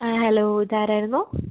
hello ഇതാരായിരുന്നു